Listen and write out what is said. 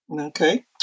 Okay